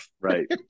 Right